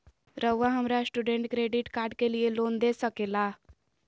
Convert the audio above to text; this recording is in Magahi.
रहुआ हमरा स्टूडेंट क्रेडिट कार्ड के लिए लोन दे सके ला?